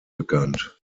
bekannt